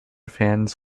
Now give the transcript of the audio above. fans